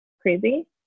crazy